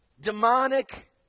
demonic